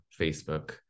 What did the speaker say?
Facebook